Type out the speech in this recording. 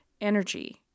energy